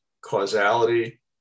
causality